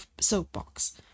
soapbox